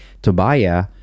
Tobiah